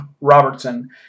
Robertson